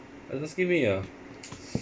asking me ah